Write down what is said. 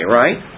right